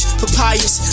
papayas